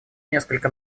несколько